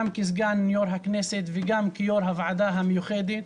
גם כסגן יו"ר הכנסת וגם כיו"ר הוועדה המיוחדת,